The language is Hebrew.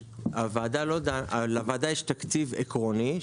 לוועדה יש תקציב עקרוני,